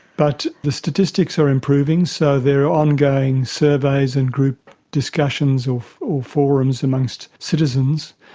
but the statistics are improving. so there are ongoing surveys and group discussions or forums amongst citizens,